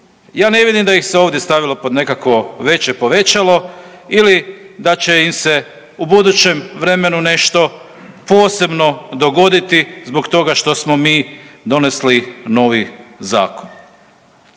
Ja ne vidim da ih se ovdje stavilo pod nekakvo veće povećalo ili da će im se u budućem vremenu nešto posebno dogoditi zbog toga što smo mi donesli novi zakon.